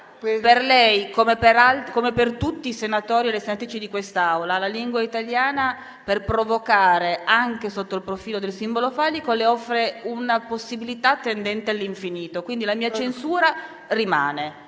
per lei, come per tutti i senatori e le senatrici di quest'Assemblea, la terminologia della lingua italiana, per provocare, anche sotto il profilo del simbolo fallico, offre una possibilità tendente all'infinito, quindi la mia censura rimane